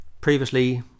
previously